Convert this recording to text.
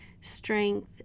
strength